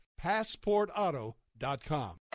PassportAuto.com